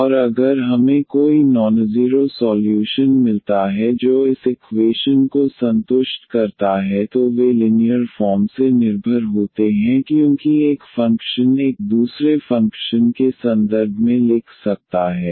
और अगर हमें कोई नॉनज़ीरो सॉल्यूशन मिलता है जो इस इकवेशन को संतुष्ट करता है तो वे लिनीयर फॉर्म से निर्भर होते हैं क्योंकि एक फ़ंक्शन 1 दूसरे फ़ंक्शन के संदर्भ में लिख सकता है